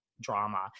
drama